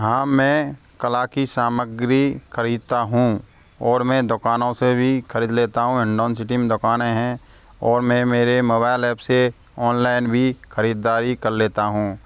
हाँ मैं कला की सामग्री ख़रीदता हूँ और मैं दुकानों से भी ख़रीद लेता हूँ हिंडौन सिटी में दुकानें हैं और मैं मेरे मबाइल ऐप से ऑनलाइन भी ख़रीदारी कर लेता हूँ